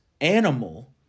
animal